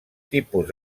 tipus